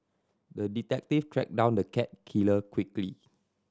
the detective tracked down the cat killer quickly